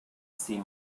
see